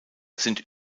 sind